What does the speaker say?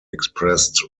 expressed